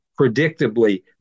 predictably